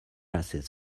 passes